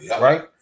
right